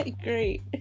Great